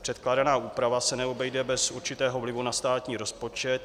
Předkládaná úprava se neobejde bez určitého vlivu na státní rozpočet.